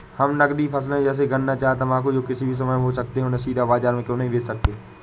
हम नगदी फसल जैसे गन्ना चाय तंबाकू जो किसी भी समय में हो सकते हैं उन्हें सीधा बाजार में क्यो नहीं बेच सकते हैं?